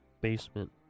basement